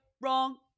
wrong